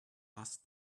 asked